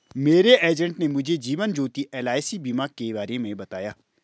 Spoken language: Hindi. मेरे एजेंट ने मुझे जीवन ज्योति एल.आई.सी बीमा के बारे में बताया